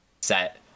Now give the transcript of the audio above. set